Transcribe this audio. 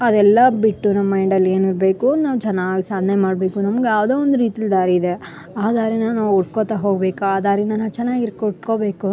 ಅದೆಲ್ಲ ಬಿಟ್ಟು ನಮ್ಮ ಮೈಂಡಲ್ಲಿ ಏನಿರಬೇಕು ನಾವು ಚೆನ್ನಾಗಿ ಸಾಧ್ನೆ ಮಾಡಬೇಕು ನಮ್ಗ ಯಾವುದೋ ಒಂದು ರೀತೀಲಿ ದಾರಿ ಇದೆ ಆ ದಾರಿನ ನಾವು ಹುಡ್ಕೋತ ಹೋಗ್ಬೇಕು ಆ ದಾರಿನ ನಾವು ಚೆನ್ನಾಗಿ ಇರ್ ಕುಡ್ಕೊಬೇಕು